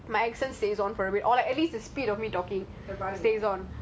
my accent stays on for every or like at least the speed of me talking it stays on